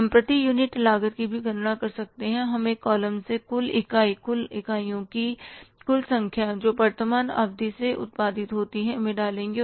हम प्रति यूनिट लागत की भी गणना कर सकते हैं हम एक कॉलम में कुल इकाई कुल इकाइयों की कुल संख्या जो वर्तमान अवधि में उत्पादित होती है डालेंगे